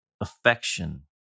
Affection